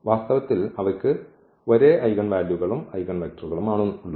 വാസ്തവത്തിൽ അവയ്ക്ക് ഒരേ ഐഗൻ വാല്യൂകളും ഐഗൻവെക്റ്ററുകളും ആണുള്ളത്